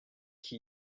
qu’il